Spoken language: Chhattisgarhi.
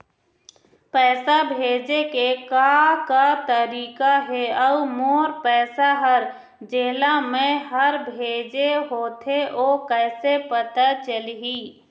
पैसा भेजे के का का तरीका हे अऊ मोर पैसा हर जेला मैं हर भेजे होथे ओ कैसे पता चलही?